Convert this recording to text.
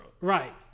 Right